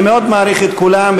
אני מאוד מעריך את כולם,